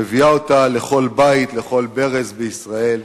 מביאה אותה לכל בית, לכל ברז בישראל.